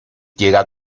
llega